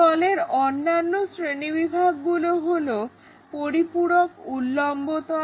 তলের অন্যান্য শ্রেণীবিভাগগুলো হলো পরিপূরক উল্লম্ব তল